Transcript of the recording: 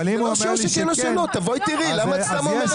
יש קו חם, הלאה.